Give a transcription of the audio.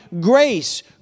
Grace